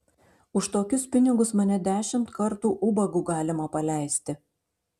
už tokius pinigus mane dešimt kartų ubagu galima paleisti